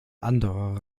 anderer